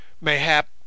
Mayhap